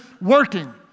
working